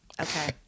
Okay